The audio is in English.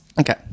Okay